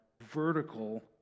vertical